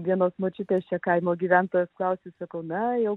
viena močiutė šio kaimo gyventoja kausčiusi kaune jau